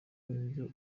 nibyo